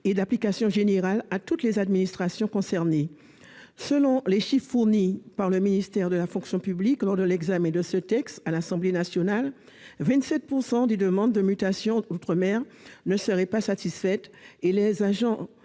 et d'application générale à toutes les administrations concernées. Selon les chiffres fournis par le ministère de la fonction publique lors de l'examen du présent projet de loi à l'Assemblée nationale, quelque 27 % des demandes de mutation outre-mer ne seraient pas satisfaites, et les agents